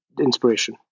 inspiration